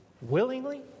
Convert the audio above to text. willingly